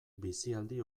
bizialdi